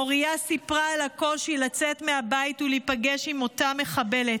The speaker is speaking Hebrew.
מוריה סיפרה על הקושי לצאת מהבית ולהיפגש עם אותה מחבלת.